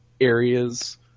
areas